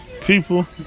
people